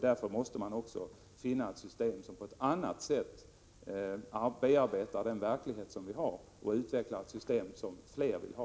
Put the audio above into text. Därför måste man på något annat sätt bearbeta den verklighet vi lever i och utveckla system som fler vill ha.